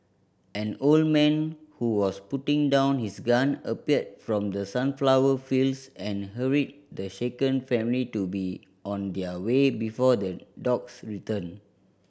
an old man who was putting down his gun appeared from the sunflower fields and hurried the shaken family to be on their way before the dogs return